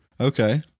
Okay